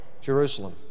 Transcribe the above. Jerusalem